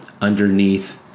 underneath